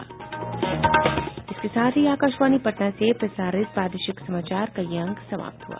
इसके साथ ही आकाशवाणी पटना से प्रसारित प्रादेशिक समाचार का ये अंक समाप्त हुआ